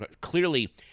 Clearly